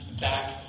back